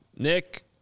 Nick